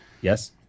yes